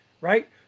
right